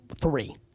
three